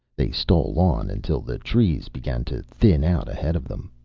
they stole on until the trees began to thin out ahead of them.